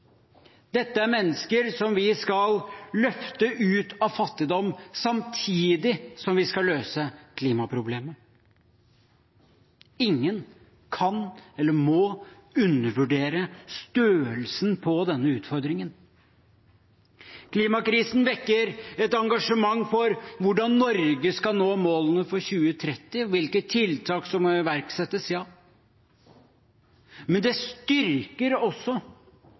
Dette er mennesker som vi skal løfte ut av fattigdom samtidig som vi skal løse klimaproblemene. Ingen kan eller må undervurdere størrelsen på denne utfordringen. Klimakrisen vekker et engasjement for hvordan Norge skal nå målene for 2013 og hvilke tiltak som må iverksettes. Men det styrker også